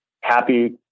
happy